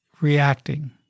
reacting